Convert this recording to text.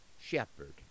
shepherd